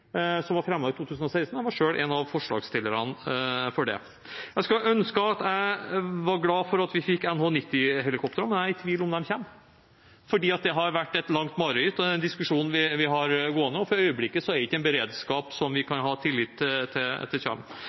telekommunikasjonen, var et initiativ fra Stortinget, et forslag som ble fremmet i 2016. Jeg var selv en av forslagsstillerne til det. Jeg skulle ønske at jeg var glad for at vi fikk NH90-helikoptrene, men jeg er i tvil om de kommer. Det har vært et langt mareritt og er en diskusjon vi har gående. For øyeblikket er det ikke en beredskap som vi kan ha tillit til